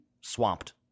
swamped